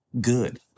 good